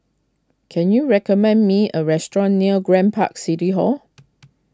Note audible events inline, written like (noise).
can you recommend me a restaurant near Grand Park City Hall (noise)